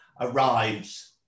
arrives